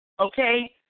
Okay